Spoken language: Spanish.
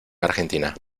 argentina